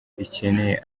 ikeneye